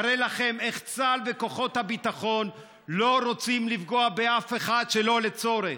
אראה לכם איך צה"ל וכוחות הביטחון לא רוצים לפגוע באף אחד שלא לצורך.